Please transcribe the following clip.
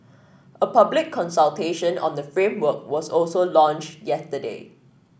a public consultation on the framework was also launched yesterday